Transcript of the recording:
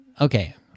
okay